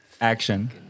Action